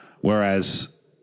Whereas